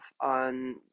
on